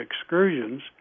excursions